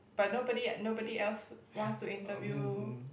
but nobody nobody else wants to interview